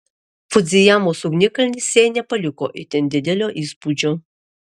fudzijamos ugnikalnis jai nepaliko itin didelio įspūdžio